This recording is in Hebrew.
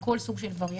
בכל סוג וריאנט,